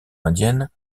indienne